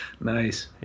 Nice